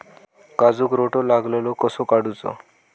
काजूक रोटो लागलेलो कसो काडूचो?